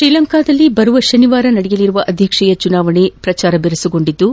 ತ್ರೀಲಂಕಾದಲ್ಲಿ ಬರುವ ಶನಿವಾರ ನಡೆಯಲಿರುವ ಅಧ್ಯಕ್ಷೀಯ ಚುನಾವಣೆ ಪ್ರಚಾರ ಬಿರುಸುಗೊಂಡಿದ್ದು